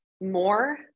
more